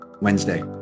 wednesday